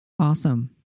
Awesome